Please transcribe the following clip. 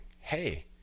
hey